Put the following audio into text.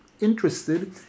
interested